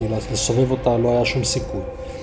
לסובב אותה לא היה שום סיכוי